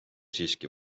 siiski